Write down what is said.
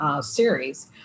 series